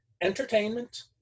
entertainment